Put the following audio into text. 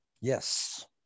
Yes